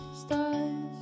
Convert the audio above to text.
Stars